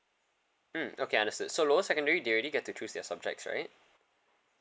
mm okay understood so lower secondary they already get to choose their subjects right